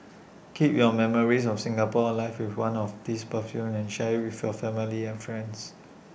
keep your memories of Singapore alive with one of these perfumes and share with your family and friends